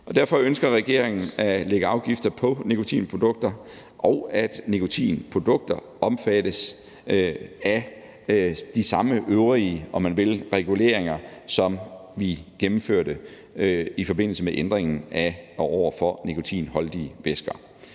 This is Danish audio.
derfor ønsker regeringen at lægge afgifter på nikotinprodukter, og at nikotinprodukter omfattes af de samme øvrige – om man vil – reguleringer, som vi gennemførte i forbindelse med lovændringen om afgift på nikotinholdige væsker.